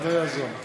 אני אשמור עליו.